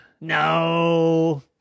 No